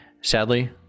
Sadly